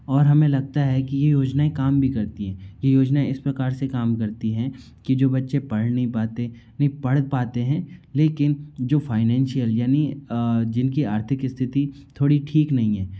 और हमें लगता है कि ये योजनाऍं काम भी करती हैं ये योजनाऍं इस प्रकार से काम करती हैं कि जो बच्चे पढ़ नहीं पाते नहीं पढ़ पाते हैं लेकिन जो फाइनैंन्शियल यानी जिनकी आर्थिक स्थिति थोड़ी ठीक नहीं है